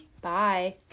Bye